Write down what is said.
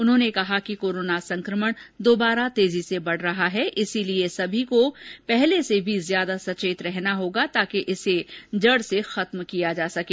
उन्होंने कहा कि कोरोना संक्रमण दोबारा तेजी से बढ़ रहा है इसलिए सभी को पहले से भी ज्यादा सचेत रहना होगा ताकि इसे जड से खत्म किया जा सके